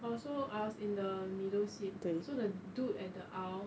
oh so I was in the middle seat so the dude at the aisle